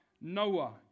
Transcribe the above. Noah